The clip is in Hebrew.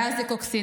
ואז זה קוקסינל.